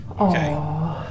Okay